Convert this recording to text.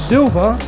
Silver